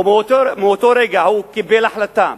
ומאותו רגע הוא קיבל החלטה.